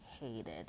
hated